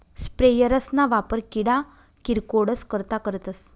sprayers ना वापर किडा किरकोडस करता करतस